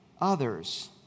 others